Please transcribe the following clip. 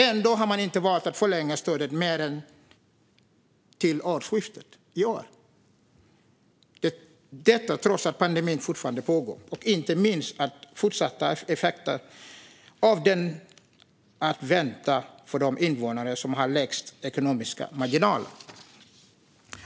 Ändå har man valt att inte förlänga stödet mer än till årsskiftet - detta trots att pandemin fortfarande pågår och inte minst att fortsatta effekter av den är att vänta för de invånare som har minst ekonomiska marginaler.